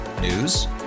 News